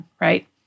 right